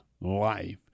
life